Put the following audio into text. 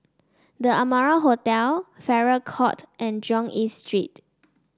The Amara Hotel Farrer Court and Jurong East Street